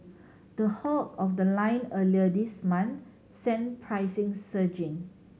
the halt of the line earlier this month sent prices surging